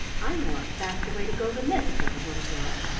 i know a faster way to go than this, said the little girl.